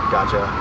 Gotcha